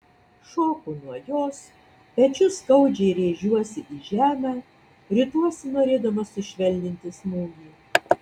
šoku nuo jos pečiu skaudžiai rėžiuosi į žemę rituosi norėdamas sušvelninti smūgį